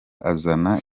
azana